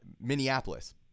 Minneapolis